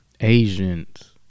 Asians